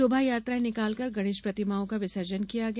शोभायात्राएं निकालकर गणेश प्रतिमाएं का विसर्जन किया गया